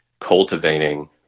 cultivating